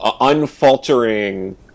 unfaltering